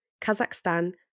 Kazakhstan